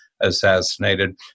assassinated